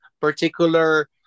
particular